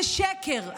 זה שקר,